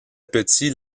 petit